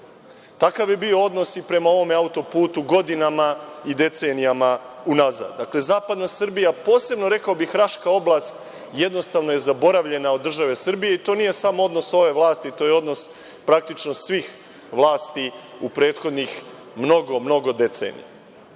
Takav je bio odnos i prema ovome autoputu, godinama i decenijama unazad. Dakle, zapadna Srbija, posebno, rekao bih, Raška oblast, jednostavno je zaboravljena od države Srbije. To nije samo odnos ove vlasti. To je odnos praktično svih vlasti u prethodnih mnogo, mnogo decenija.